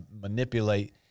manipulate